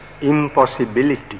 impossibility